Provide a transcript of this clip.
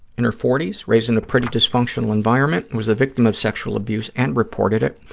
in her forty s, raised in a pretty dysfunctional environment, was the victim of sexual abuse and reported it.